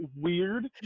weird